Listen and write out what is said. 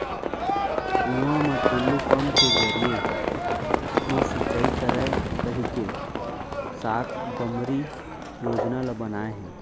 कुँआ म टूल्लू पंप के जरिए म सिंचई करय कहिके साकम्बरी योजना ल बनाए हे